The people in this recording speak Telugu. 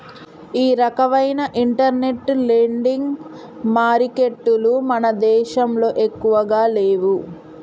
ఈ రకవైన ఇంటర్నెట్ లెండింగ్ మారికెట్టులు మన దేశంలో ఎక్కువగా లేవు